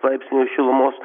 laipsnių šilumos